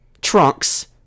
trunks